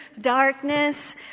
darkness